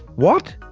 what?